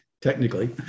Technically